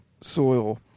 soil